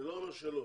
אני לא אומר שלא,